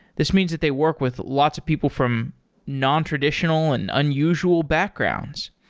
this means that they work with lots of people from nontraditional and unusual backgrounds.